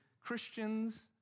Christians